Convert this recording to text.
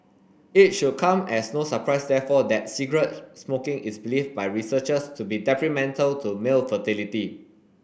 it should come as no surprise therefore that cigarette smoking is believed by researchers to be detrimental to male fertility